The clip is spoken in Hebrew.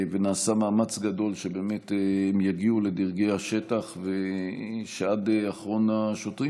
ונעשה מאמץ גדול שבאמת הם יגיעו לדרגי השטח ואחרון השוטרים